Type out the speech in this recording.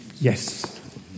Yes